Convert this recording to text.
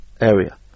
area